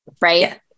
right